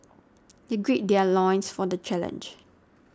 they gird their loins for the challenge